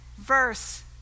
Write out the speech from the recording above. verse